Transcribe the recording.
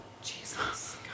Jesus